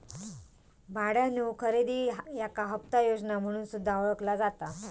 भाड्यानो खरेदी याका हप्ता योजना म्हणून सुद्धा ओळखला जाता